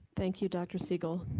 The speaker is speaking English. thank you dr. siegel,